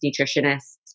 nutritionists